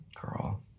girl